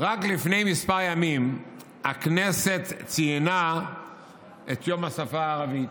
לפני כמה ימים הכנסת ציינה את יום השפה הערבית.